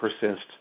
persist